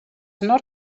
not